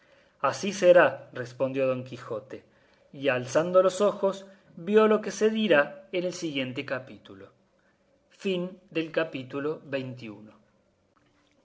así será respondió don quijote y alzando los ojos vio lo que se dirá en el siguiente capítulo capítulo